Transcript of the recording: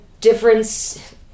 difference